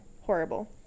horrible